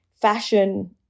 fashion